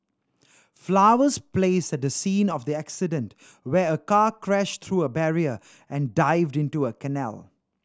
flowers placed at the scene of the accident where a car crashed through a barrier and dived into a canal